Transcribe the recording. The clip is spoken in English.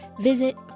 Visit